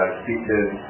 speeches